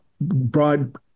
broad